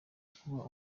kuba